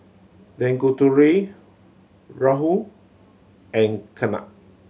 Tanguturi Rahul and Ketna